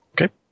Okay